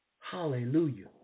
Hallelujah